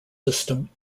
system